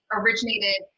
originated